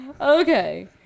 Okay